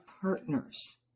partners